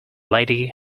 lady